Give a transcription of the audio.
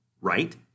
right